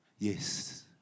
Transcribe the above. Yes